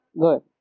good